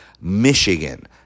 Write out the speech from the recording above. Michigan